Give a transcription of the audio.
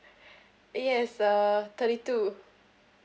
yes uh thirty two